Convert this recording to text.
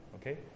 Okay